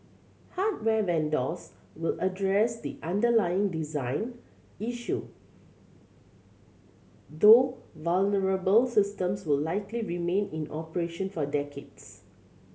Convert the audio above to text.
hardware vendors will address the underlying design issue though vulnerable systems will likely remain in operation for decades